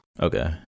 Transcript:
Okay